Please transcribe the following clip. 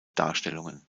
darstellungen